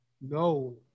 No